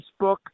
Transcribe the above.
Facebook